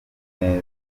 neza